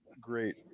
great